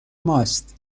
ماست